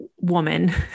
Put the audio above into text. woman